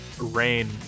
Rain